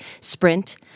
Sprint